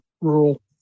rural